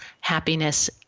happiness